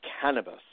cannabis